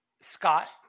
Scott